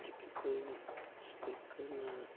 जेह्के कोई बी स्पीकर ना